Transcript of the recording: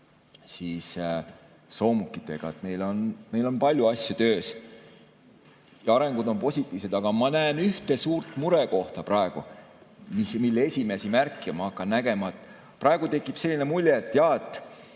soomukitega. Meil on palju asju töös ja arengud on positiivsed. Aga ma näen ühte suurt murekohta praegu, mille esimesi märke ma hakkan nägema. Praegu tekib selline mulje, et jaa,